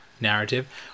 narrative